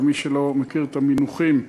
למי שלא מכיר את המינוחים: